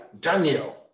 Daniel